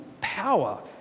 power